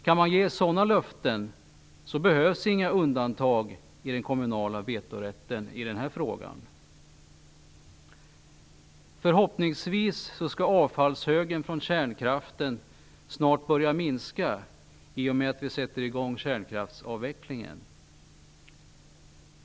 Kan man ge sådana löften behövs inga undantag i den kommunala vetorätten i denna fråga. Förhoppningsvis skall avfallshögen från kärnkraften snart börja minska i och med att vi sätter i gång kärnkraftsavvecklingen.